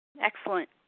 Excellent